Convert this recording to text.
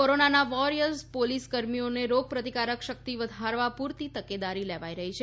corona warriors police કર્મીઓની રોગ પ્રતિકારક શકિત વધારવા પુરતી તકેદારી લેવાઇ રહી છે